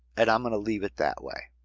and i'm gonna leave it that way.